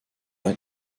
ein